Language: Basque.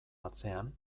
atzean